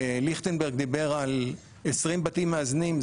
ליכטנברג דיבר על 20 בתים מאזנים,